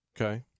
Okay